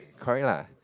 correct lah